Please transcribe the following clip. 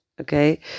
okay